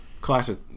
Classic